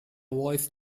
voice